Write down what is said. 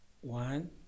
one